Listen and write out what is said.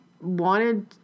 wanted